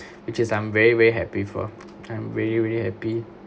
which is I'm very very happy for I'm really really happy